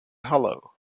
hollow